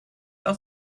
are